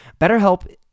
BetterHelp